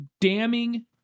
damning